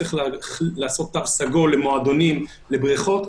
כמו תו סגול למועדונים ולבריכות,